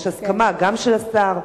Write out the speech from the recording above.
יש הסכמה גם של השר,